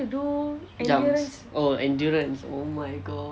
jumps oh endurance oh my god